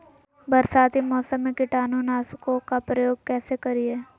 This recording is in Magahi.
बरसाती मौसम में कीटाणु नाशक ओं का प्रयोग कैसे करिये?